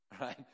right